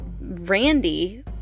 Randy